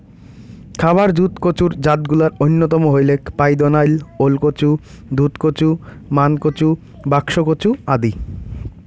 খাবার জুত কচুর জাতগুলার অইন্যতম হইলেক পাইদনাইল, ওলকচু, দুধকচু, মানকচু, বাক্সকচু আদি